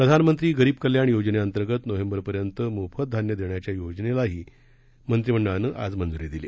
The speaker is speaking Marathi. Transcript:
प्रधानमंत्री गरीब कल्याण योजनेंतर्गत नोव्हेंबरपर्यंत मोफत धान्य देण्याच्या योजनेलाही मंत्रीमंडळाकड्रन आज मंज्री देण्यात आली